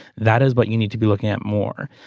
that is what you need to be looking at more.